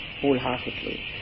wholeheartedly